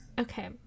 Okay